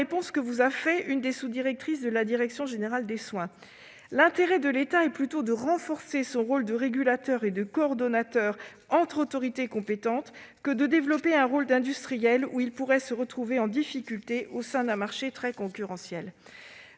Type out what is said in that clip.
Voici la réponse que vous avait adressée l'une des sous-directrices de la direction générale de l'offre de soins :« L'intérêt de l'État est plutôt de renforcer son rôle de régulateur et de coordonnateur entre autorités compétentes que de développer un rôle d'industriel où il pourrait se retrouver en difficulté au sein d'un marché très concurrentiel.